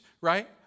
right